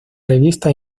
revista